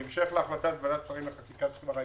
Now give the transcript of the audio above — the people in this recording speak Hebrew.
בהמשך להחלטת ועדת שרים לחקיקה שכבר היתה,